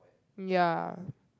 ya